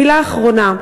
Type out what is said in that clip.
מילה אחרונה.